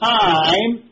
time